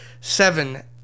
seven